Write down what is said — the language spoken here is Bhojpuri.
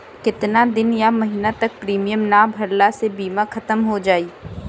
केतना दिन या महीना तक प्रीमियम ना भरला से बीमा ख़तम हो जायी?